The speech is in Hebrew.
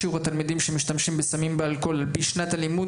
שיעור התלמידים שמשתמשים בסמים ובאלכוהול על פי שנת הלימוד;